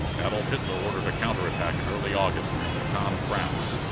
adolf hitler ordered a counterattack in early august near mortain, france.